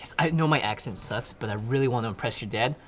i know my accent sucks, but i really want to impress your dad,